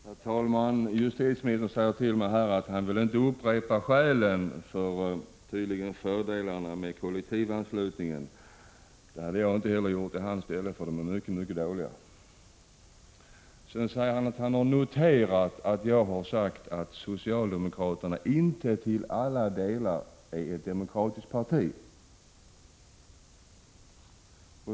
Herr talman! Justitieministern säger att han inte vill upprepa skälen för kollektivanslutning. Det hade inte heller jag gjort i hans ställe; de är mycket, mycket dåliga. Vidare säger justitieministern att han har noterat att jag har sagt att socialdemokratin inte till alla delar är ett demokratiskt parti.